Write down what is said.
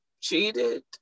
cheated